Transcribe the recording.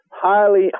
highly